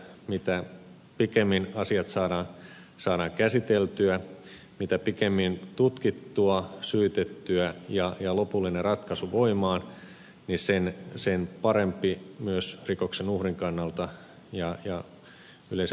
mitä pikemmin asiat saadaan käsiteltyä mitä pikemmin tutkittua syytettyä ja lopullinen ratkaisu voimaan sen parempi myös rikoksen uhrin kannalta ja yleisen oikeusturvakäsityksen kannalta